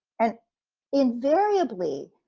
and invariably,